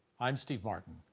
i'm steve martin.